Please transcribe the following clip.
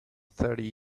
thirty